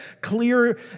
clear